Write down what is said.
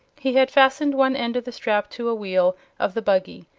he had fastened one end of the strap to a wheel of the buggy,